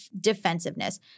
defensiveness